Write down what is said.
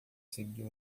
seguiu